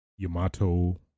Yamato